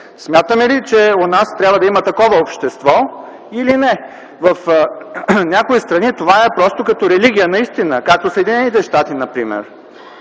Смятаме ли, че у нас трябва да има такова общество или не? В някои страни това е просто като религия, наистина, както в Съединените щати например.